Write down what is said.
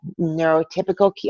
neurotypical